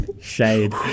Shade